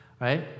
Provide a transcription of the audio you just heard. right